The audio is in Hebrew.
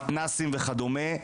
מתנ"סים וכדומה,